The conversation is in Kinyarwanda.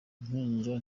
impinja